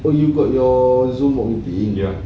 oh you got your zoom ward meeting